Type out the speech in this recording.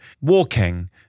walking